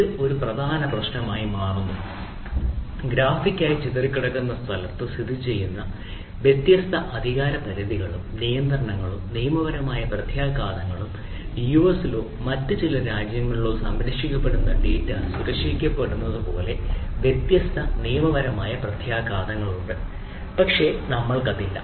ഇത് ഒരു പ്രധാന പ്രശ്നമായി മാറുന്നു ഗ്രാഫിക്കായി ചിതറിക്കിടക്കുന്ന സ്ഥലത്ത് സ്ഥിതിചെയ്യുന്ന വ്യത്യസ്ത അധികാരപരിധികളും നിയന്ത്രണങ്ങളും നിയമപരമായ പ്രത്യാഘാതങ്ങളും യുഎസിലോ മറ്റ് ചില രാജ്യങ്ങളിലോ സംരക്ഷിക്കപ്പെടുന്ന ഡാറ്റ സൂക്ഷിക്കുന്നതുപോലുള്ള വ്യത്യസ്ത നിയമപരമായ പ്രത്യാഘാതങ്ങളുണ്ട് പക്ഷേ നമ്മൾക്ക് ഇല്ല